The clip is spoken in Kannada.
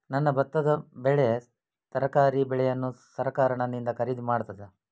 ನನ್ನ ಭತ್ತದ ಬೆಳೆ, ತರಕಾರಿ ಬೆಳೆಯನ್ನು ಸರಕಾರ ನನ್ನಿಂದ ಖರೀದಿ ಮಾಡುತ್ತದಾ?